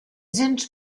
sind